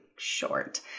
Short